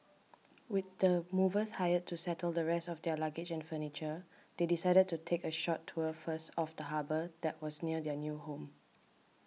with the movers hired to settle the rest of their luggage and furniture they decided to take a short tour first of the harbour that was near their new home